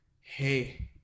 hey